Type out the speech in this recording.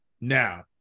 Now